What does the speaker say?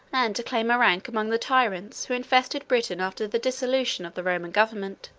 and to claim a rank among the tyrants, who infested britain after the dissolution of the roman government.